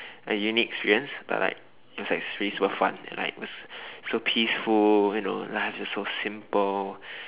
like unique experience but like it was like swim for fun and like so peaceful you know life was so simple